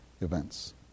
events